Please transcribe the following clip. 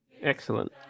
Excellent